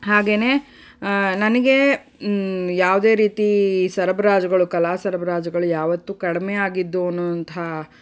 ಹಾಗೆನೇ ನನಗೆ ಯಾವುದೇ ರೀತಿ ಸರಬರಾಜುಗಳು ಕಲಾ ಸರಬರಾಜುಗಳು ಯಾವತ್ತೂ ಕಡಿಮೆ ಆಗಿದ್ದು ಅನ್ನುವಂತಹ